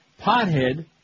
Pothead